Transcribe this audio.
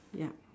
yup